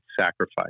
sacrifice